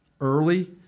early